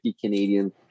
Canadian